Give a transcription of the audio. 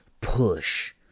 push